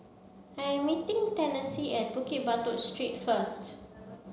I'm meeting Tennessee at Bukit Batok Street first